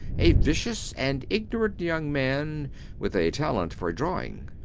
a vicious and ignorant young man with a talent for drawing.